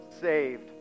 saved